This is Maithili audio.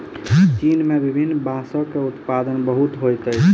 चीन में विभिन्न बांसक उत्पादन बहुत होइत अछि